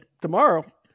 tomorrow